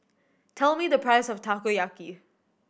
tell me the price of Takoyaki